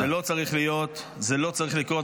זה לא צריך להיות, זה לא צריך לקרות.